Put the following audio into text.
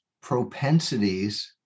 propensities